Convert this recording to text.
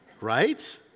right